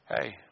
Hey